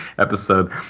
episode